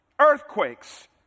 Earthquakes